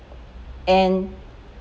and